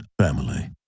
family